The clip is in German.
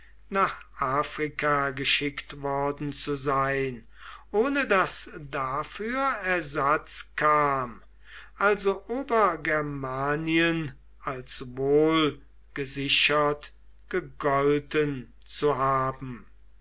nach afrika geschickt worden zu sein ohne daß dafür ersatz kam also obergermanien als wohl gesichert gegolten zu haben